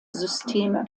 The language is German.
systeme